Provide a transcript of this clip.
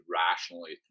rationally